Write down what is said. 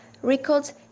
records